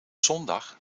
zondag